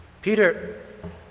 Peter